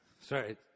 Sorry